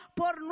por